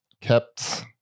Kept